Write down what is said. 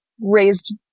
raised